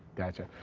gotcha.